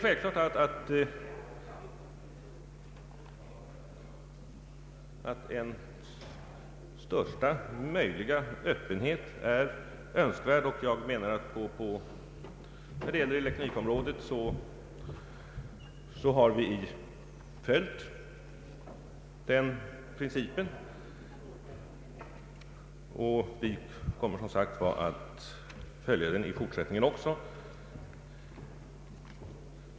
Självfallet är största möjliga öppenhet önskvärd, och jag menar att när det gäller elektronikområdet har vi följt den principen, och vi kommer som sagt var att följa den också i fortsättningen.